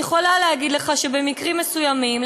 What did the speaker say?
אני יכולה להגיד לך שבמקרים מסוימים,